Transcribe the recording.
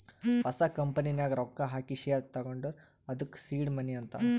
ಹೊಸ ಕಂಪನಿ ನಾಗ್ ರೊಕ್ಕಾ ಹಾಕಿ ಶೇರ್ ತಗೊಂಡುರ್ ಅದ್ದುಕ ಸೀಡ್ ಮನಿ ಅಂತಾರ್